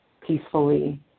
peacefully